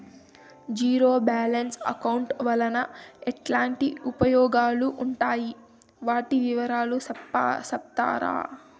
Zero balance account వలన ఎట్లాంటి ఉపయోగాలు ఉన్నాయి? వాటి వివరాలు సెప్తారా?